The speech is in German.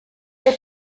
wird